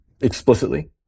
explicitly